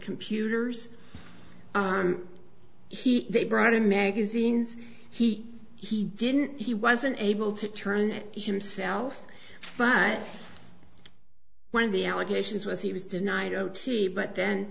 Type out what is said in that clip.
computers he brought in magazines he he didn't he wasn't able to turn himself but one of the allegations was he was denied o t but then